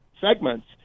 segments